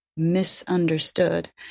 misunderstood